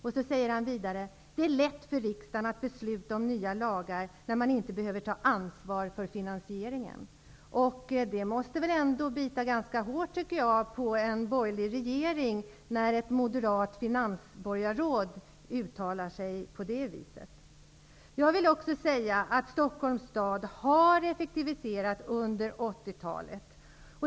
Vidare säger han: ''Det är lätt för riksdagen att besluta om nya lagar när man inte behöver ta ansvar för finansieringen.'' Det måste väl ändå bita ganska hårt på en borgerlig regering när ett moderat finansborgarråd uttalar sig så. Stockholms stad har effektiviserat under 80-talet.